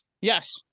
Yes